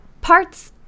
parts